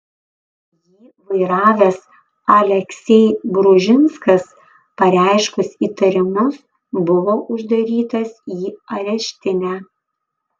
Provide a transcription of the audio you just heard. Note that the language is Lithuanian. jį vairavęs aleksej bružinskas pareiškus įtarimus buvo uždarytas į areštinę